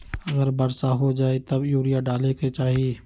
अगर वर्षा हो जाए तब यूरिया डाले के चाहि?